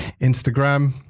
Instagram